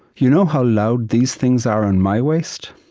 you know how loud these things are on my waist?